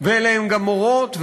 ואלה הם גם מורות ומורים.